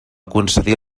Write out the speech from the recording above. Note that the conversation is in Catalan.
concedir